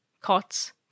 cots